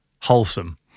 wholesome